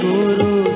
Guru